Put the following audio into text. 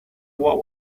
what